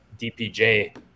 DPJ